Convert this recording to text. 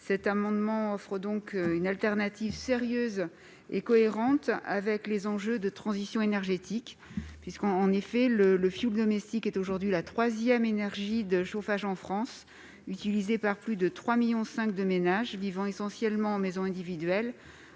cet amendement offre donc une solution de substitution sérieuse et cohérente avec les enjeux de transition énergétique. En effet, le fioul domestique est aujourd'hui la troisième énergie de chauffage en France ; il est utilisé par plus de 3,5 millions de ménages vivant essentiellement en maison individuelle,